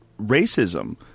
racism